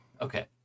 Okay